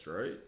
right